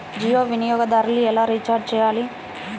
జియో వినియోగదారులు ఎలా రీఛార్జ్ చేయాలి?